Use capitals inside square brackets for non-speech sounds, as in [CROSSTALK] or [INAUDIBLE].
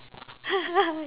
[LAUGHS]